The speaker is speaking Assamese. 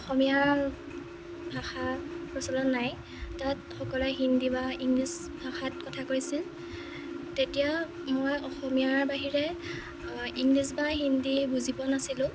অসমীয়া ভাষা প্ৰচলন নাই তাত সকলোৱে হিন্দী বা ইংলিছ ভাষাত কথা কৈছিল তেতিয়া মই অসমীয়াৰ বাহিৰে ইংলিছ বা হিন্দী বুজি পোৱা নাছিলোঁ